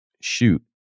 shoot